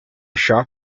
sharp